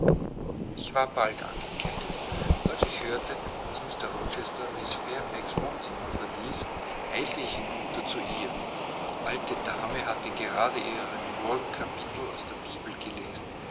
ich war bald angekleidet und als ich hörte daß mr rochester mrs fairfax wohnzimmer verließ eilte ich hinunter zu ihr die alte dame hatte gerade ihr morgenkapitel aus der bibel gelesen